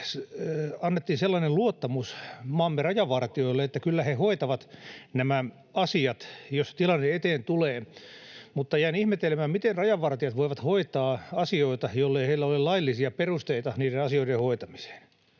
annettiin sellainen luottamus maamme rajavartijoille, että kyllä he hoitavat nämä asiat, jos tilanne eteen tulee, mutta jäin ihmettelemään, miten rajavartijat voivat hoitaa asioita, jollei heillä ole laillisia perusteita niiden asioiden hoitamiseen.